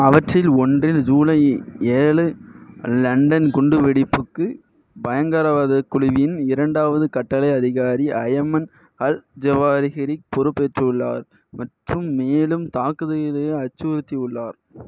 அவற்றில் ஒன்றில் ஜூலை ஏ ஏழு லண்டன் குண்டுவெடிப்புக்கு பயங்கரவாதக் குழுவின் இரண்டாவது கட்டளை அதிகாரி அயமன் அல் ஜவாரிஹிரி பொறுப்பேற்றுள்ளார் மற்றும் மேலும் தாக்குதல் இதையே அச்சுறுத்தியுள்ளார்